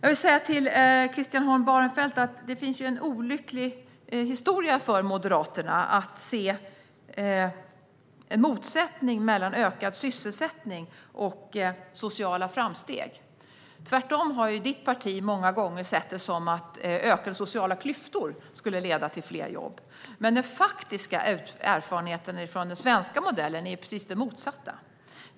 Till Christian Holm Barenfeld vill jag säga att Moderaterna har en olycklig historia av att se en motsättning mellan ökad sysselsättning och sociala framsteg. Ditt parti har tvärtom ofta sett det som om ökade sociala klyftor skulle leda till fler jobb. Den faktiska erfarenheten av den svenska modellen är dock precis den motsatta.